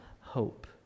hope